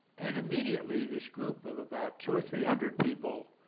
and immediately this group of about two or three hundred people